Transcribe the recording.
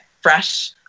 fresh